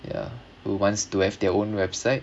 ya who wants to have their own website